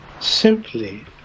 simply